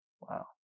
Wow